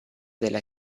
della